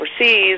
overseas